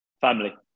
family